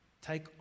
take